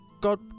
god